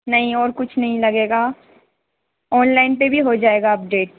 नहीं और कुछ नहीं लगेगा ऑनलाइन पे भी ही जाएगा अपडेट